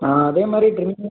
அதே மாதிரி ட்ரிம்மிங்கும்